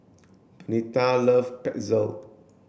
Bernetta love Pretzel